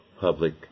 public